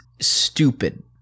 stupid